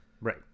right